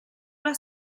una